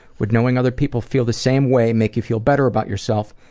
would knowing other people feel the same way make you feel better about yourself?